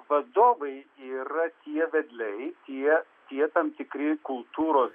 vadovai yra tie vedliai tie tie tam tikri kultūros